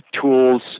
tools